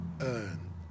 earn